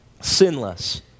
sinless